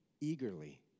Eagerly